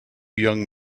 young